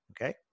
Okay